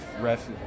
ref